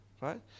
right